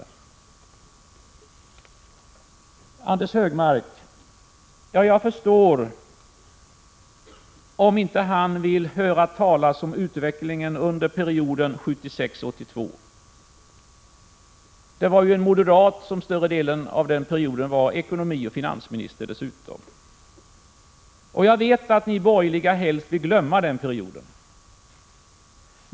Till Anders Högmark vill jag säga att jag förstår om han inte vill höra talas om utvecklingen under perioden 1976-1982. Det var ju dessutom en moderat som under större delen av den perioden var ekonomiminister. Jag vet att ni borgerliga helst vill glömma den perioden.